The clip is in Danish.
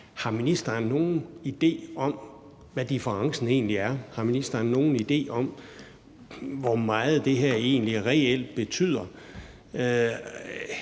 Har ministeren nogen idé om, hvad differencen egentlig er? Har ministeren nogen idé om, hvor meget det her egentlig reelt betyder?